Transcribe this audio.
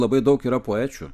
labai daug yra poečių